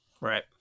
Right